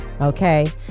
okay